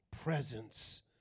presence